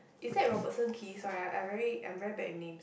is that Robertson-Quay sorry I I very I'm very bad with names